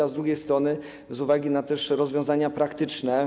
A z drugiej strony też z uwagi na rozwiązania praktyczne.